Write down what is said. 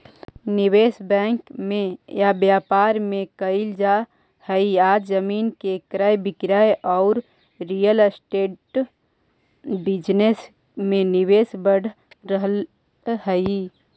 निवेश बैंक में या व्यापार में कईल जा हई आज जमीन के क्रय विक्रय औउर रियल एस्टेट बिजनेस में निवेश बढ़ रहल हई